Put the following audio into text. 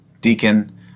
deacon